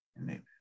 amen